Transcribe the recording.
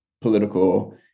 political